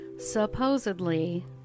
Supposedly